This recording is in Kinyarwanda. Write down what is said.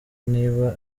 niba